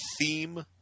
theme